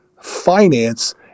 finance